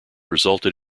resulted